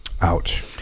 Ouch